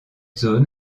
zone